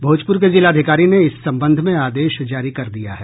भोजपुर के जिलाधिकारी ने इस संबंध में आदेश जारी कर दिया है